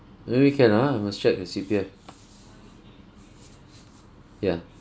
maybe can ah I must check the C_P_F ya